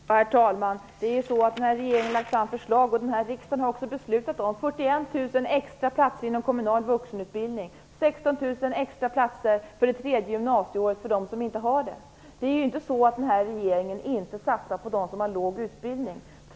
Herr talman! Den här regeringen har lagt fram förslag om, och den här riksdagen har också beslutat om, 41 000 extra platser inom kommunal vuxenutbildning och 16 000 extra platser för det tredje gymnasieåret för dem som inte har det. Det är inte så att den här regeringen inte satsar på dem som har en låg utbildning.